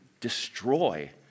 destroy